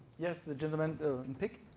yes, the gentleman in pink.